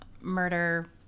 murder